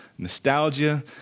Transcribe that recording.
nostalgia